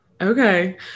Okay